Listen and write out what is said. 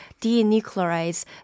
denuclearize